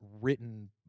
written